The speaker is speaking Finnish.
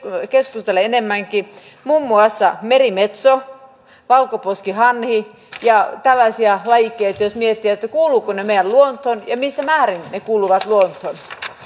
keskustella enemmänkin muun muassa merimetso valkoposkihanhi ja tällaisia lajikkeita jos miettii kuuluvatko ne meidän luontoomme ja missä määrin ne kuuluvat luontoon